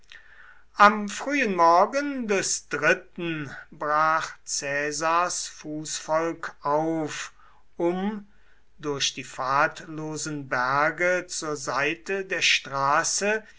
am frühen morgen des dritten brach caesars fußvolk auf um durch die pfadlosen berge zur seite der straße